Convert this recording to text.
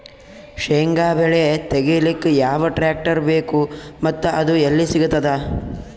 ಶೇಂಗಾ ಬೆಳೆ ತೆಗಿಲಿಕ್ ಯಾವ ಟ್ಟ್ರ್ಯಾಕ್ಟರ್ ಬೇಕು ಮತ್ತ ಅದು ಎಲ್ಲಿ ಸಿಗತದ?